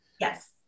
yes